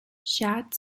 shad